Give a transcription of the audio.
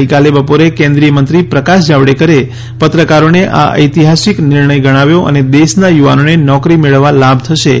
ગઈકાલે બપોરે કેન્દ્રીયમંત્રી પ્રકાશ જાવડેકરે પત્રકારોને આ ઐતિહાસિક નિર્ણય ગણાવ્યો અને દેશના યુવાનોને નોકરી મેળવવા લાભ થશે